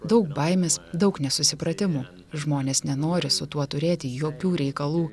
daug baimės daug nesusipratimų žmonės nenori su tuo turėti jokių reikalų